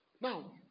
Now